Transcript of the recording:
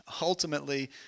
Ultimately